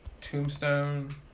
Tombstone